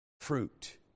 fruit